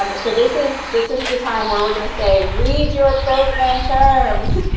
um so this is this is the time where we're going to say, read your program terms.